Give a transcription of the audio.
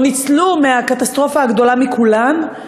או ניצלו מהקטסטרופה הגדולה מכולן.